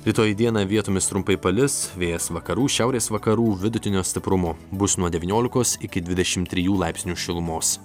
rytoj dieną vietomis trumpai palis vėjas vakarų šiaurės vakarų vidutinio stiprumo bus nuo devyniolikos iki dvidešim trijų laipsnių šilumos